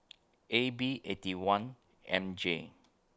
A B Eighty One M J